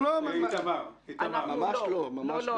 לא, ממש לא.